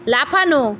লাফানো